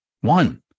one